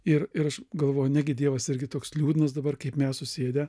ir aš galvoju negi dievas irgi toks liūdnas dabar kaip mes susėdę